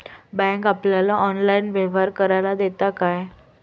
Bank आपल्याला online व्यवहार करायला देता काय?